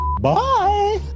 Bye